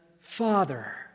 father